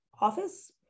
Office